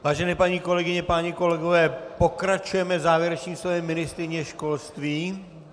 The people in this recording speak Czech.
Vážené paní kolegyně, páni kolegové, pokračujeme závěrečným slovem ministryně školství.